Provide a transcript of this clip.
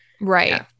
Right